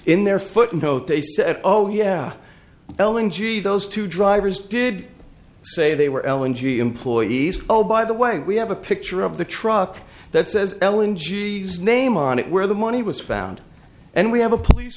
in their footnote they said oh yeah ellen g those two drivers did say they were l n g employees oh by the way we have a picture of the truck that says ellen jesus name on it where the money was found and we have a police